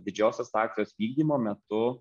didžiosios akcijos vykdymo metu